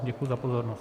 Děkuji za pozornost.